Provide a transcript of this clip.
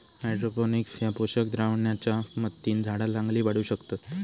hydroponics ह्या पोषक द्रावणाच्या मदतीन झाडा चांगली वाढू शकतत